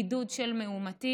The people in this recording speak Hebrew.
בידוד של מאומתים.